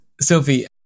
Sophie